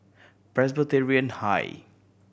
Presbyterian High